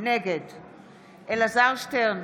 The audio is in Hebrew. נגד אלעזר שטרן,